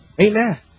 Amen